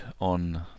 on